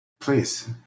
Please